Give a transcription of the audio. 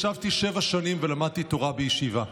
ישבתי שבע שנים ולמדתי תורה בישיבה,